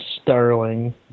Sterling